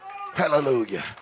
Hallelujah